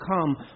come